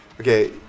Okay